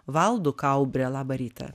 valdu kaubre labą rytą